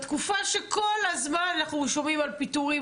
בתקופה שכל הזמן אנחנו שומעים על פיטורים